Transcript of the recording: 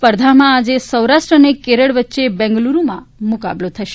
સ્પર્ધામાં આજે સૌરાષ્ટ્ર અને કેરળ વચ્ચે બેંગાલુરુમાં મુકાબલો થશે